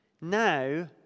Now